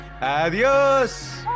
Adios